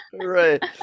right